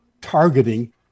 targeting